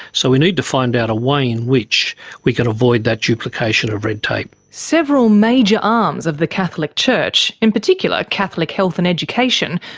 so, we need to find out a way in which we can avoid that duplication of red tape. several major arms of the catholic church, in particular catholic health and education,